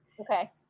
Okay